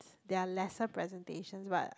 there are lesser presentations but